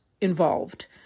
involved